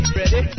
ready